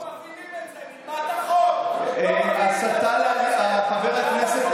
לא, תלמד את החוק, חבר הכנסת,